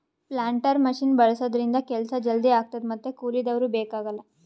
planter machine ಬಳಸಿದ್ರಿಂದ ಕೆಲ್ಸ ಜಲ್ದಿ ಆಗ್ತದ ಮತ್ತ್ ಕೂಲಿದವ್ರು ಬೇಕಾಗಲ್